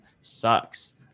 sucks